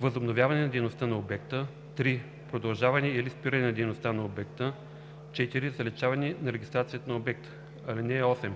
възобновяване на дейността в обекта; 3. продължаване или спиране на дейността в обекта; 4. заличаване на регистрацията на обекта. (8)